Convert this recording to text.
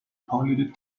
pauline